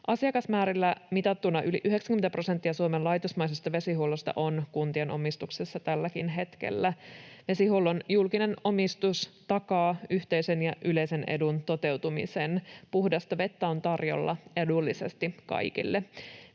Asiakasmäärillä mitattuna yli 90 prosenttia Suomen laitosmaisesta vesihuollosta on kuntien omistuksessa tälläkin hetkellä. Vesihuollon julkinen omistus takaa yhteisen ja yleisen edun toteutumisen. Puhdasta vettä on tarjolla edullisesti kaikille.